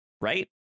right